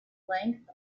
length